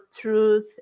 truth